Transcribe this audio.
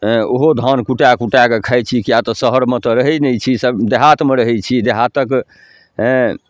हैँ ओहो धान कुटए कुटए कऽ खाइ छी किए तऽ शहरमे तऽ रहै नहि छी सब देहातमे रहै छी देहातक हैँ